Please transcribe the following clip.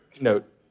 note